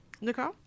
Nicole